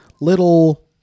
little